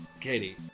Katie